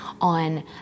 on